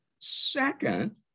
Second